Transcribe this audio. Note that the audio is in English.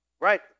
Right